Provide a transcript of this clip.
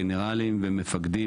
גנרלים ומפקדים,